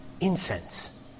incense